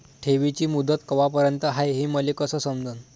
ठेवीची मुदत कवापर्यंत हाय हे मले कस समजन?